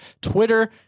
Twitter